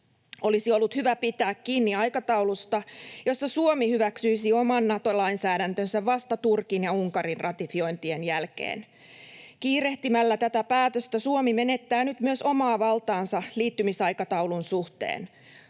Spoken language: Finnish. Olisi ollut hyvä pitää kiinni aikataulusta, jossa Suomi hyväksyisi oman Nato-lainsäädäntönsä vasta Turkin ja Unkarin ratifiointien jälkeen. Kiirehtimällä tätä päätöstä Suomi menettää nyt myös omaa valtaansa liittymisaikataulun suhteen.